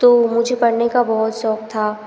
तो मुझे पढ़ने का बहुत शौक़ था